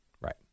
Right